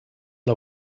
her